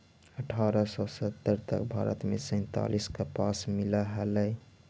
अट्ठारह सौ सत्तर तक भारत में सैंतालीस कपास मिल हलई